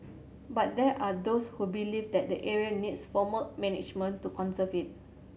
but there are those who believe that the area needs formal management to conserve it